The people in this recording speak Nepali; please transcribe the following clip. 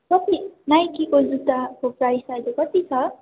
कति नाइकीको जुत्ताको प्राइस अहिले कति छ